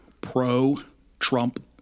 pro-Trump